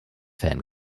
fan